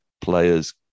players